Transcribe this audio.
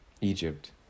Egypt